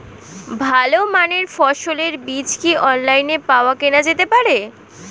ভালো মানের ফসলের বীজ কি অনলাইনে পাওয়া কেনা যেতে পারে?